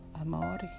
amor